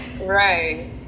Right